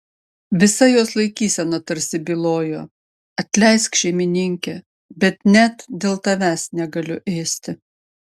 visa jos laikysena tarsi bylojo atleisk šeimininke bet net dėl tavęs negaliu ėsti